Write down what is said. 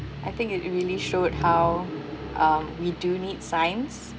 I think it it really showed how uh we do need science